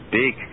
big